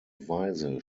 weise